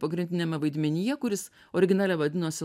pagrindiniame vaidmenyje kuris originale vadinosi